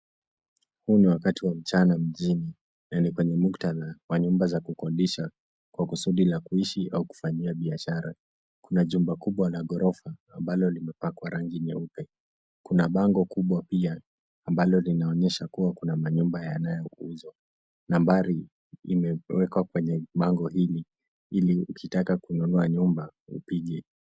Huu ni wakati wa mchana mjini, na ni kwenye muktadha wa nyumba za kukodisha za kuishi au za kufanyia biashara. Kuna jumba kubwa la ghorofa ambalo limepakwa rangi nyeupe .Kuna bango kubwa pia ambalo linaonyesha kuna manyumba yanayouzwa .Nambari limeweka kwenye bango hili ili ukitaka kununua nyumba upige.